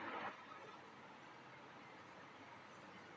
एक बंधक बिल्कुल ऋण की तरह काम करता है